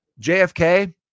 JFK